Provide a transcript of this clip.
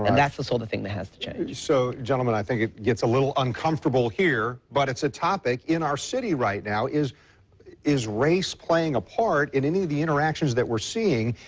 and that's the sort of thing that has to change. so gentlemen, i think it gets a little uncomfortable here, but it's topic in our city right now, is is race playing a part in any of the interactions that we're seeing?